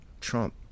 Trump